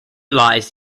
lies